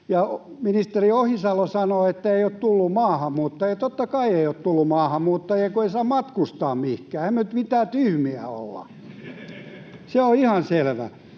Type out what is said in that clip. Ministeri Ohisalo sanoi, ettei ole tullut maahanmuuttajia. Tietenkään ei ole tullut maahanmuuttajia, kun ei saa matkustaa mihinkään. Emmehän me nyt mitään tyhmiä ole. Se on ihan selvä.